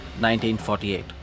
1948